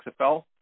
XFL